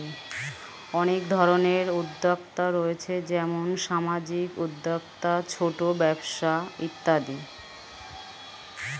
অনেক ধরনের উদ্যোক্তা রয়েছে যেমন সামাজিক উদ্যোক্তা, ছোট ব্যবসা ইত্যাদি